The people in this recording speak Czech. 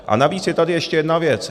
A navíc je tady ještě jedna věc.